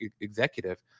executive